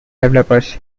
developers